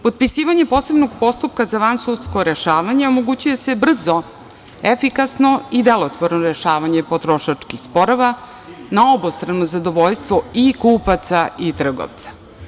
Potpisivanjem posebnog postupka za vansudsko rešavanje omogućuje se brzo, efikasno i delotvorno rešavanje potrošačkih sporova na obostrano zadovoljstvo i kupaca i trgovca.